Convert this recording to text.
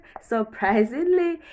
Surprisingly